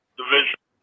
division